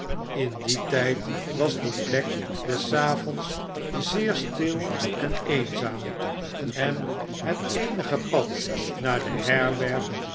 in dien tijd was die plek des avonds zeer stil en eenzaam en het eenige pad naar de herberg